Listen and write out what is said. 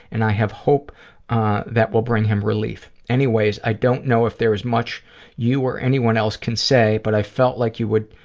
and i have hope that will bring him relief. anyways, i don't know if there is much you or anyone else can say, but i felt like you would